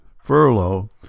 furlough